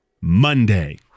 monday